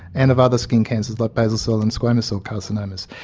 and of other skin cancers like basal cell and squamous cell carcinomas.